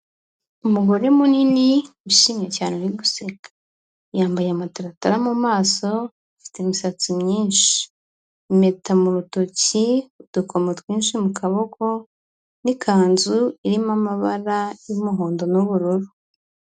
Umugore munini wishimye cyane uri guseka, yambaye amataratara mu maso afite imisatsi myinshi, impeta mu rutoki udukomo twinshi mu kaboko n'ikanzu irimo amabara y'umuhondo n'ubururu.